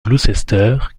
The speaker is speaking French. gloucester